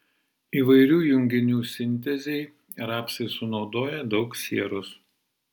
įvairių junginių sintezei rapsai sunaudoja daug sieros